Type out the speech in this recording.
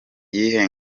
iyihe